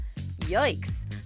Yikes